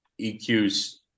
EQ's